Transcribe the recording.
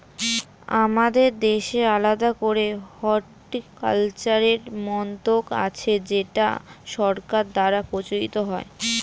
আমাদের দেশে আলাদা করে হর্টিকালচারের মন্ত্রক আছে যেটা সরকার দ্বারা পরিচালিত হয়